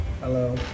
Hello